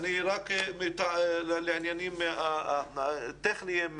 לעניינים הטכניים,